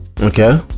Okay